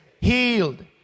healed